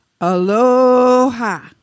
Aloha